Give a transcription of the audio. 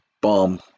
bomb